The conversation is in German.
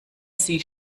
sie